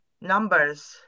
numbers